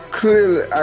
clearly